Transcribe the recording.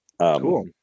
cool